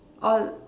orh